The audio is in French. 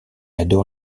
adore